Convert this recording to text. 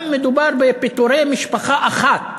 גם אם מדובר בפיטורי מפרנס משפחה אחת,